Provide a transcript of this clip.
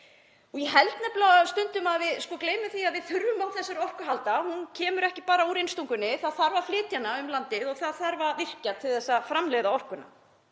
Ég held nefnilega stundum að við gleymum því að við þurfum á þessari orku að halda. Hún kemur ekki bara úr innstungunni, það þarf að flytja hana um landið og það þarf að virkja til að framleiða orkuna.